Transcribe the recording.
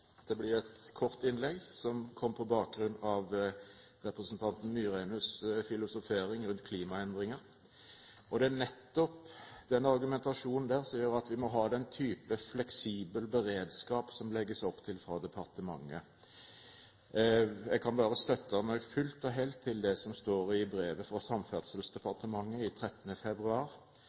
Det blir et kort innlegg, som kommer på bakgrunn av representanten Myraunes filosofering over klimaendringer. Det er nettopp den argumentasjonen der som gjør at vi må ha den type fleksibel beredskap som det legges opp til fra departementet. Jeg kan bare slutte meg fullt og helt til det som står i brevet fra Samferdselsdepartementet av 13. februar i